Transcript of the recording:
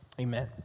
Amen